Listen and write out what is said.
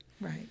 right